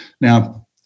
Now